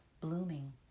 blooming